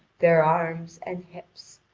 their arms, and hips.